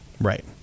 Right